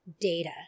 data